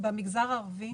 במגזר הערבי